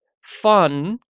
fun